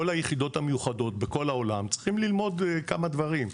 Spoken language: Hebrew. כל היחידות המיוחדות בכל העולם צריכים ללמוד כמה דברים.